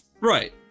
Right